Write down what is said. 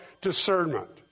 discernment